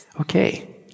okay